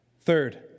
Third